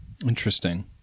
Interesting